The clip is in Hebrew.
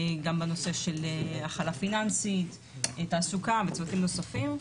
גם בנושא של הכלה פיננסית, תעסוקה וצוותים נוספים.